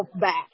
back